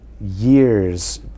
years